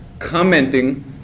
commenting